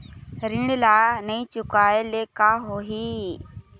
ऋण ला नई चुकाए ले का होही?